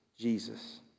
Jesus